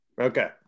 Okay